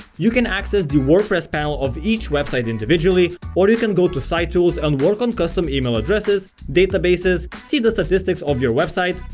you can access the wordpress panel of each website individually or you can go to site tools and work on custom email addresses, databases see the statistics of your website.